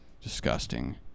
Disgusting